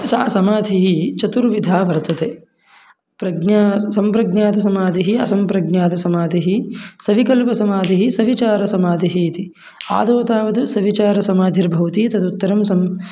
सा समाधिः चतुर्विधा वर्तते प्रज्ञा सम्प्रज्ञातसमादिः असम्प्रज्ञातसमाधिः सविकल्पसमाधिः सविचारसमाधिः इति आदौ तावत् सविचारसमाधिर्भवति तदुत्तरं सं